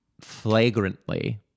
flagrantly